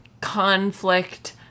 conflict